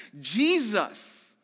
Jesus